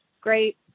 great